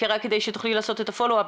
רק כדי שתוכלי לעשות את ה-פולו אפ,